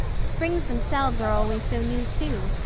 springs themselves are always so new, too.